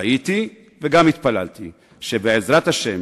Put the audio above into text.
ראיתי וגם התפללתי שבעזרת השם,